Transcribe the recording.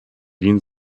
wien